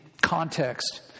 context